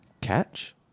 Catch